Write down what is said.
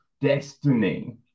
destiny